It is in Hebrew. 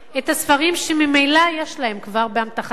את הספרים שממילא יש להם כבר באמתחתם,